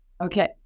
okay